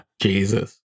Jesus